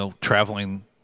traveling